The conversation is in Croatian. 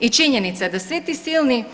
I činjenica je da svi ti silni